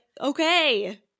okay